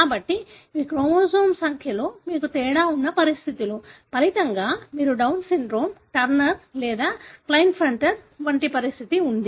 కాబట్టి ఇవి క్రోమోజోమ్ సంఖ్యలో మీకు తేడా ఉన్న పరిస్థితులు ఫలితంగా మీకు డౌన్ సిండ్రోమ్ టర్నర్ లేదా క్లైన్ఫెల్టర్ వంటి పరిస్థితి ఉంది